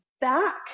back